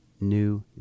new